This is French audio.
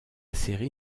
série